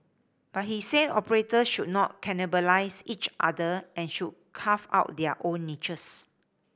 but he said operators should not cannibalise each other and should carve out their own niches